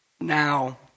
now